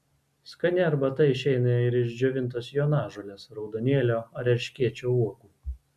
skani arbata išeina ir iš džiovintos jonažolės raudonėlio ar erškėčio uogų